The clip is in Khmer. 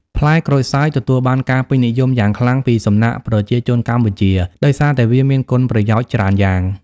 ផ្លែក្រូចសើចទទួលបានការពេញនិយមយ៉ាងខ្លាំងពីសំណាក់ប្រជាជនកម្ពុជាដោយសារតែវាមានគុណប្រយោជន៍ច្រើនយ៉ាង។